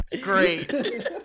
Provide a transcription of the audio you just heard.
great